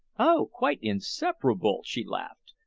oh, quite inseparable! she laughed.